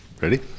Ready